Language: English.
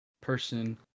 person